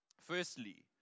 Firstly